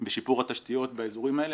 בשיפור התשתיות באזורים האלה.